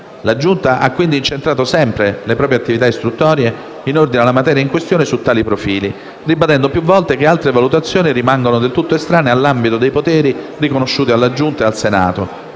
La Giunta ha quindi incentrato sempre le proprie attività istruttorie in ordine alla materia in questione su tali profili, ribadendo più volte che altre valutazioni restano del tutto estranee all'ambito dei poteri riconosciuti alla Giunta (e al Senato),